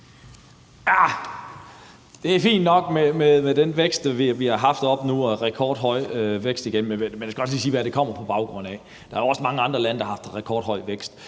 Det er fint nok med den rekordhøje vækst, vi nu igen har haft oppe. Men man skal også lige sige, hvad det kommer på baggrund af, og der er jo også mange andre lande, der har haft en rekordhøj vækst,